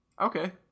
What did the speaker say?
Okay